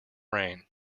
rain